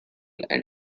and